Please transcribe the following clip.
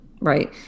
right